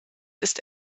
ist